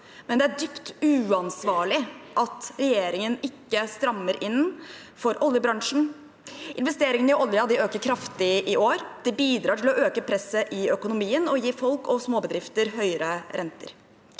men det er dypt uansvarlig at regjeringen ikke strammer inn for oljebransjen. Investeringene i oljen øker kraftig i år, og det bidrar til å øke presset i økonomien og gi folk og småbedrifter høyere renter.